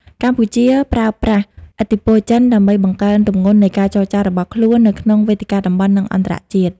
កម្ពុជាប្រើប្រាស់ឥទ្ធិពលចិនដើម្បីបង្កើនទម្ងន់នៃការចរចារបស់ខ្លួននៅក្នុងវេទិកាតំបន់ និងអន្តរជាតិ។